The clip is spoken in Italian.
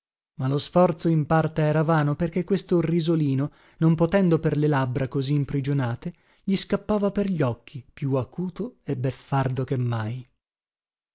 ma lo sforzo in parte era vano perché questo risolino non potendo per le labbra così imprigionate gli scappava per gli occhi più acuto e beffardo che mai